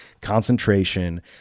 Concentration